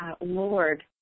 Lord